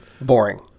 boring